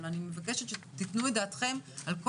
אבל אני מבקשת שתתנו את דעתכם על כל